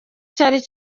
cyari